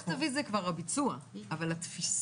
לך תביא זה כבר הביצוע אבל התפיסה,